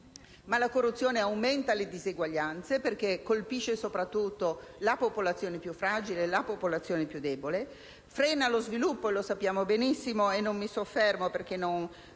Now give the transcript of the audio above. La corruzione aumenta le disuguaglianze perché colpisce soprattutto la popolazione più fragile e quella più debole; frena lo sviluppo, lo sappiamo benissimo e non mi soffermo su questo